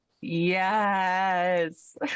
Yes